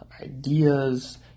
ideas